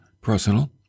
personal